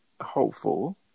hopeful